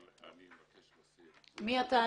אבל אני מבקש להוסיף --- מי אתה,